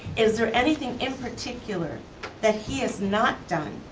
is there anything in particular that he has not done